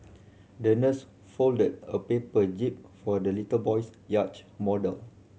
the nurse folded a paper jib for the little boy's yacht model